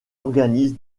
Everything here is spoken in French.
organise